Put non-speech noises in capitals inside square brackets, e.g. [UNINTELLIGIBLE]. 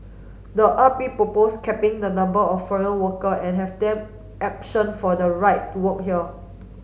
the R P proposed capping the number of foreign worker and have them [UNINTELLIGIBLE] for the right to work here